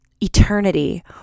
eternity